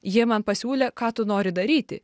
jie man pasiūlė ką tu nori daryti